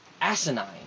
asinine